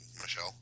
Michelle